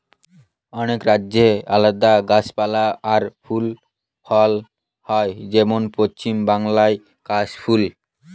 অনেক রাজ্যে আলাদা গাছপালা আর ফুল ফসল হয় যেমন পশ্চিম বাংলায় কাশ ফুল